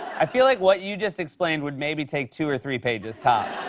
i feel like what you just explained would maybe take two or three pages tops.